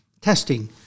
testing